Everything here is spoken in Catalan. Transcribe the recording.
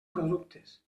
productes